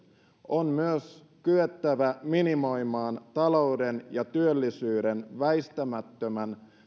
on myös kyettävä minimoimaan talouden ja työllisyyden väistämättömän